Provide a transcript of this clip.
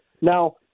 Now